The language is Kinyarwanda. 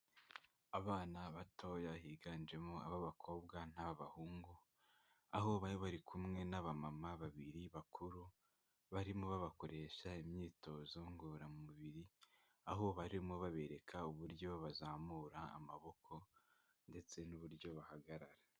Abana batoya higanjemo ab'abakobwa n'ab'abahungu, aho bari bari kumwe n'abamama babiri bakuru barimo babakoresha imyitozo ngororamubiri, aho barimo babereka uburyo bazamura amaboko ndetse n'uburyo bahagarara.